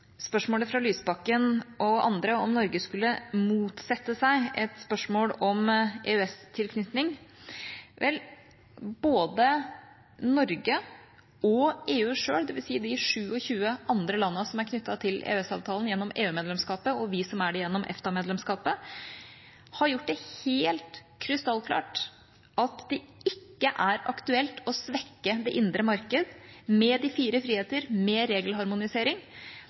spørsmålet fra Lysbakken og andre om hvorvidt Norge skulle motsette seg et spørsmål om EØS-tilknytning: Både Norge og EU selv, det vil si de 27 andre landene som er knyttet til EØS-avtalen gjennom EU-medlemskapet, og vi som er det gjennom EFTA-medlemskapet, har gjort det helt krystallklart at det ikke er aktuelt å svekke det indre marked med de fire friheter, med regelharmonisering.